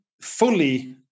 fully